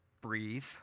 Breathe